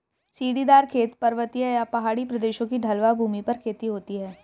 सीढ़ीदार खेत, पर्वतीय या पहाड़ी प्रदेशों की ढलवां भूमि पर खेती होती है